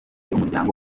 umuryango